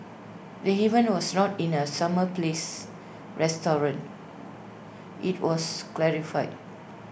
the event was not in the summer palace restaurant IT also clarified